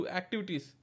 activities